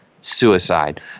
Suicide